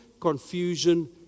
confusion